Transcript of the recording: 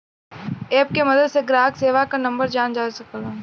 app के मदद से ग्राहक सेवा क नंबर जानल जा सकला